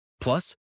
Plus